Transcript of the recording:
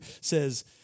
says